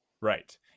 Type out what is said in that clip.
Right